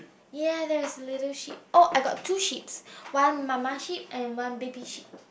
ya there is a little sheep oh I got two sheeps one mama sheep and one baby sheep